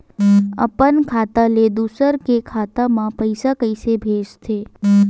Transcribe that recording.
अपन खाता ले दुसर के खाता मा पईसा कइसे भेजथे?